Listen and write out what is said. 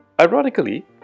Ironically